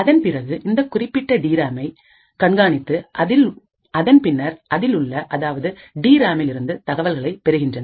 அதன் பிறகு இந்த குறிப்பிட்ட டி ராமை கண்காணித்து அதன் பின்னர் அதிலுள்ள அதாவது டி ராமில் D RAM இருந்து தகவல்களை பெறுகின்றனர்